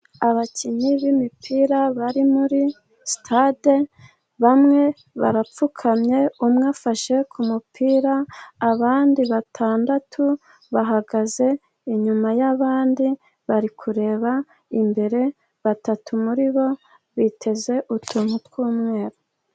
Abakinnyi b'imipira bari muri sitade, bamwe barapfukamye umwe afashe kumupira, abandi batandatu bahagaze inyuma yabandi, bari kureba imbere, batatu muri bo biteze utuntu tw'umweru.